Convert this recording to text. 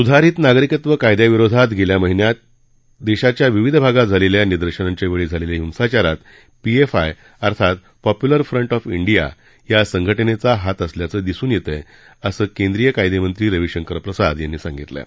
सुधारित नागरिकत्व कायद्याविरोधात गेल्या महिन्यात देशाच्या विविध भागात झालेल्या निदर्शनांच्या वेळी झालेल्या हिंसाचारात पीएफआय अर्थात पॉप्युलर फ़ंट ऑफ इंडिया या संघटनेचा हात असल्याचं दिसून येत आहे असं केंद्रीय कायदामंत्री रवीशंकर प्रसाद यांनी सांगितलं आहे